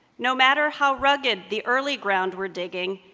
no matter how rugged the early-ground, we're digging,